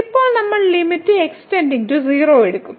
ഇപ്പോൾ നമ്മൾ limit x 0 എടുക്കും